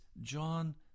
John